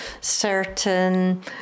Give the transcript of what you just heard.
certain